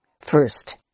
First